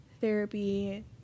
therapy